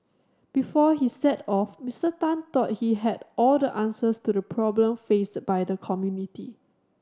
before he set off Mister Tan thought he had all the answers to the problem faced by the community